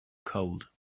cold